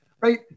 right